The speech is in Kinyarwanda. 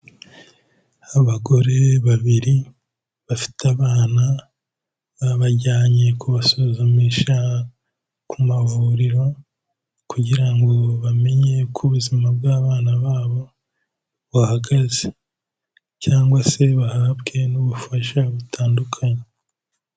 Abagore babiri bafite abana, babajyanye kubasuzumisha ku mavuriro kugira ngo bamenye uko ubuzima bw'abana babo buhagaze cyangwa se bahabwe n'ubufasha butandukanye.